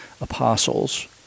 apostles